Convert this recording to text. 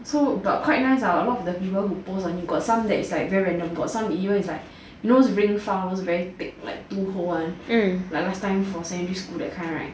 so but quite nice ah a lot of the people who post on it got some that is like very random got some even is like you know those ring file those very thick like two hole one like last time for secondary school that kind right